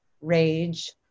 rage